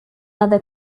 other